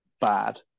bad